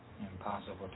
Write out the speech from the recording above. Impossible